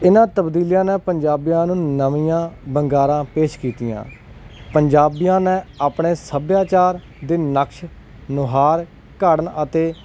ਇਹਨਾਂ ਤਬਦੀਲੀਆਂ ਨੇ ਪੰਜਾਬੀਆਂ ਨੂੰ ਨਵੀਆਂ ਵੰਗਾਰਾਂ ਪੇਸ਼ ਕੀਤੀਆਂ ਪੰਜਾਬੀਆਂ ਨੇ ਆਪਣੇ ਸੱਭਿਆਚਾਰ ਦੇ ਨਕਸ਼ ਨੁਹਾਰ ਘੜਨ ਅਤੇ